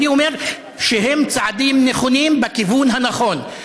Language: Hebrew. אני אומר שהם צעדים נכונים בכיוון הנכון.